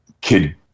kid